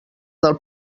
del